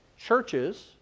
churches